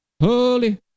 Holy